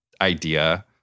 idea